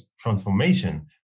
transformation